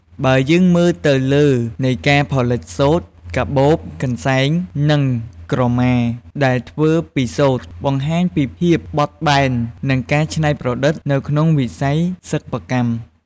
បើយើងមើលទៅលើនៃការផលិតសូត្រ កាបូប កន្សែង និងក្រមាដែលធ្វើពីសូត្រ បង្ហាញពីភាពបត់បែន និងការច្នៃប្រឌិតនៅក្នុងវិស័យសិប្បកម្ម។